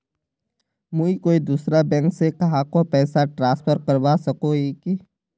मुई कोई दूसरा बैंक से कहाको पैसा ट्रांसफर करवा सको ही कि?